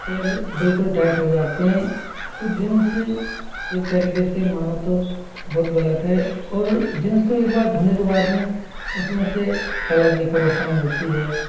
पैर बिल्कुल टाइट हो जाते हैं तो जींस एक तरीके से मानो तो बहुत गलत है और जींस को एक बार धोने के बाद में उसमें से कलर की परेशानी होती है